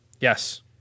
Yes